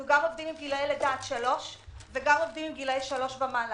אנחנו עובדים גם עם גילאי לידה עד שלוש וגם עם גילאי שלוש ומעלה.